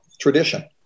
tradition